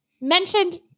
mentioned